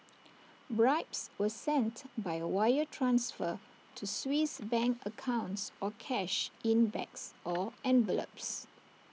bribes were sent by wire transfer to Swiss bank accounts or cash in bags or envelopes